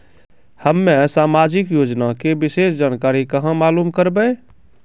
हम्मे समाजिक योजना के विशेष जानकारी कहाँ मालूम करबै?